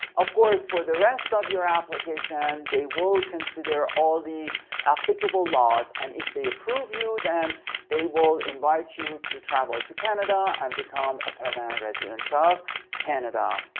of course, for the rest of your application they will consider all the applicable laws and if they approve you then they will invite you to travel to canada and become a permanent resident of canada.